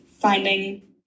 finding